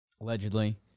Allegedly